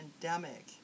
pandemic